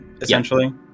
essentially